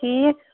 ٹھیٖک